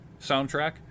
soundtrack